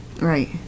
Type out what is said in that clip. Right